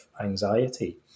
anxiety